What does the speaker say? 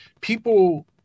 people